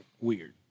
weird